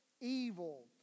evil